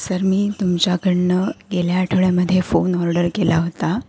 sir मी तुमच्याकडून गेल्या आठवड्यामध्ये फोन ऑर्डर केला होता